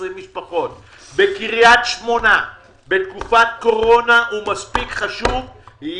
משפחות בקריית שמונה בתקופת קורונה הוא מספיק חשוב,